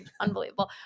unbelievable